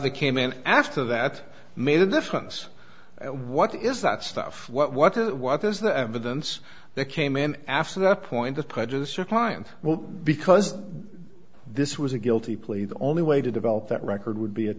that came in after that made a difference what is that stuff what is what is the evidence that came in after that point of prejudice your client well because this was a guilty plea the only way to develop that record would be